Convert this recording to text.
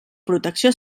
protecció